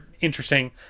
interesting